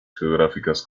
geográficas